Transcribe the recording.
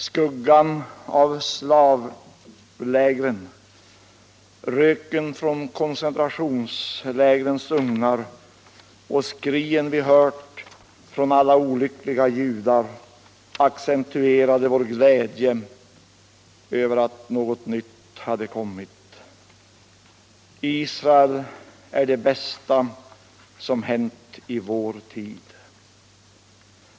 Skuggan av slavlägren, röken från koncentrationslägrens ugnar och skrien vi hört från alla olyckliga judar accentuerade vår glädje över att något nytt hade kommit. Israel är det bästa som hänt i vår tid.